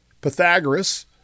Pythagoras